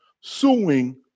suing